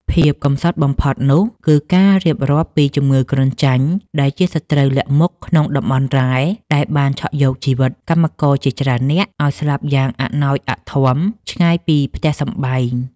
ភាពកំសត់បំផុតនោះ គឺការរៀបរាប់ពីជំងឺគ្រុនចាញ់ដែលជាសត្រូវលាក់មុខក្នុងតំបន់រ៉ែ ដែលបានឆក់យកជីវិតកម្មករជាច្រើននាក់ឱ្យស្លាប់យ៉ាងអាណោចអាធ័មឆ្ងាយពីផ្ទះសម្បែង។